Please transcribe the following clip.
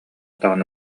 даҕаны